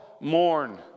Mourn